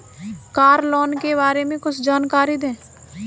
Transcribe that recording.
Car loan के बारे में कुछ जानकारी दें?